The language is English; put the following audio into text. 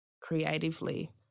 creatively